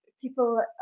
People